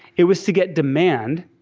it was to get demand,